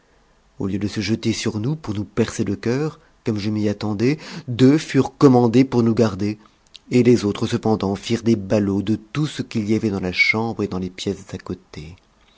au lieu de se jeter sur nous pour nous percer le cœur comme je m'y attendais deux furent commandés pour nous garder et les autres cependant firent des ballots de tout ce qu'il y avait dans la chambre et dans les pièces à côté